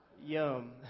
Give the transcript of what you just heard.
Yum